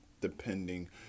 Depending